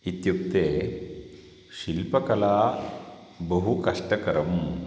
इत्युक्ते शिल्पकला बहुकष्टकरी